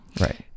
right